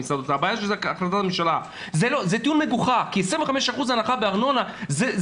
זה טיעון מגוחך כי 25% הנחה בארנונה לא עוזר לו,